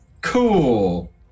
Cool